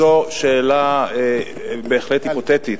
זו שאלה בהחלט היפותטית,